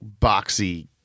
boxy